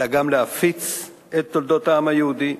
אלא גם להפיץ את תולדות העם היהודי,